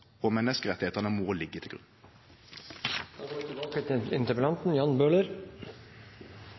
og menneskerettane må liggje til grunn. Til